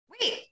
Wait